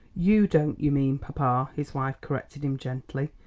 you don't, you mean, papa, his wife corrected him gently.